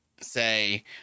say